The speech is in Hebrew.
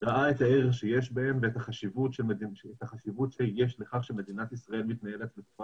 ראה את הערך שיש בהן ואת החשיבות שיש לכך שמדינת ישראל מתנהלת בצורה